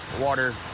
water